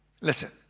listen